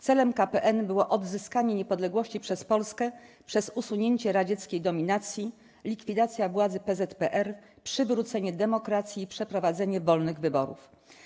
Celem KPN było odzyskanie niepodległości przez Polskę przez usunięcie radzieckiej dominacji, likwidacja władzy PZPR, przywrócenie demokracji i przeprowadzenie wolnych wyborów.